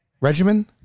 Regimen